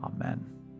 Amen